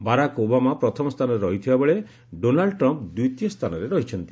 Barack Obama ପ୍ରଥମ ସ୍ଥାନରେ ରହିଥିବା ବେଳେ ଡୋନାଲ୍ଡ ଟ୍ରମ୍ପ୍ ଦ୍ୱିତୀୟ ସ୍ଥାନରେ ରହିଛନ୍ତି